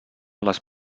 les